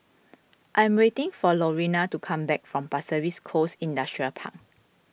I am waiting for Lorena to come back from Pasir Ris Coast Industrial Park